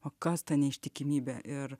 o kas ta neištikimybė ir